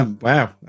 Wow